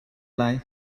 lai